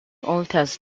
alters